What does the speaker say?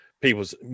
people's